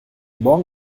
morgen